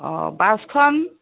অঁ বাছখন